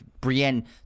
Brienne